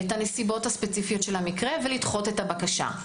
את הנסיבות הספציפיות של המקרה ולדחות את הבקשה.